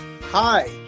hi